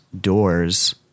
doors